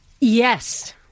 Yes